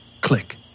Click